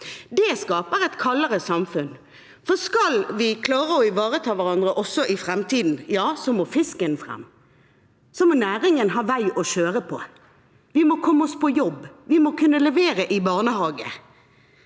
Det skaper et kaldere samfunn. Skal vi klare å ivareta hverandre også i framtiden, må fisken fram. Næringen må ha vei å kjøre på. Vi må komme oss på jobb. Vi må kunne levere i barnehage.